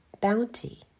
bounty